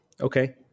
Okay